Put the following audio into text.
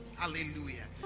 hallelujah